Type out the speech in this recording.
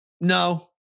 no